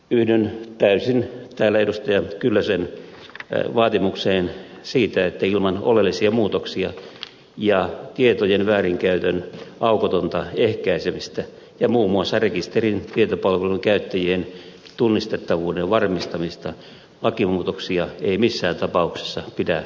yhden ensin sen edustaja kyllösen vaatimuksen siitä että ilman huolellisia muutoksia ja tietojen väärinkäytön aukotonta ehkäisemistä ja mummonsa rekisterin tietopalvelun käyttäjien tunnistettavuuden varmistamista lakimuutoksia ei missään tapauksessa pidä